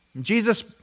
Jesus